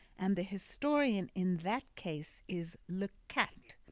and the historian in that case is le cat,